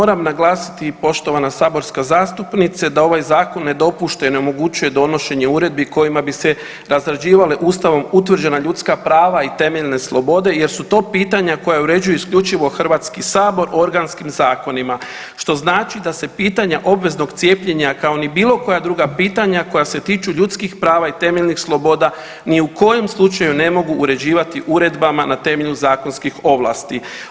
Moram naglasiti poštovana saborska zastupnice da ovaj zakon ne dopušta i ne omogućuje donošenje uredbi kojima bi se razrađivale Ustavom utvrđena ljudska prava i temeljne slobode jer su to pitanja koja uređuju isključivo HS organskim zakonima, što znači da se pitanja obveznog cijepljenja kao ni bilo koja druga pitanja koja se tiču ljudskih prava i temeljnih sloboda ni u kojem slučaju ne mogu uređivati uredbama na temelju zakonskih ovlasti.